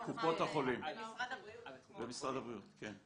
קופות החולים ומשרד הבריאות, כן.